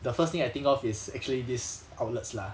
the first thing I think of is actually these outlets lah